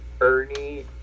Ernie